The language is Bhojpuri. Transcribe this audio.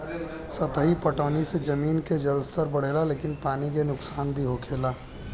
सतही पटौनी से जमीन के जलस्तर बढ़ेला लेकिन पानी के नुकसान भी होखेला